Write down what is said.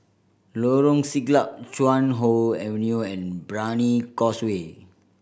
Lorong Siglap Chuan Hoe Avenue and Brani Causeway